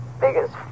biggest